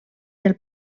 del